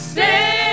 Stay